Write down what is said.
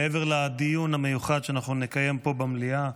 מעבר לדיון המיוחד שאנחנו נקיים פה במליאה,